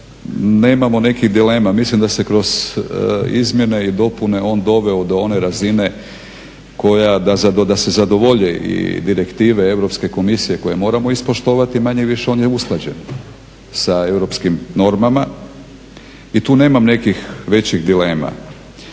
nemamo nekih dilema, mislim da se kroz izmjene i dopune on doveo do one razine koja da se zadovolji i direktive Europske komisije koje moramo ispoštovati, manje-više on je usklađen sa europskim normama i tu nemam nekih većih dilema.